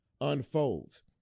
unfolds